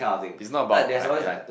it's not about like uh